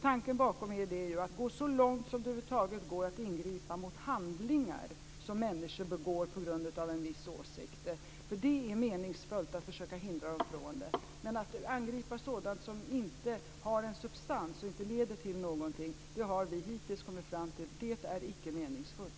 Tanken bakom det är att gå så långt som det över huvud taget går när det gäller att ingripa mot handlingar som människor begår på grund av en viss åsikt. Att försöka hindra dem från det är meningsfullt, men att angripa sådant som inte har en substans och inte leder till någonting har vi hittills kommit fram till icke är meningsfullt.